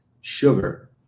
sugar